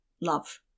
love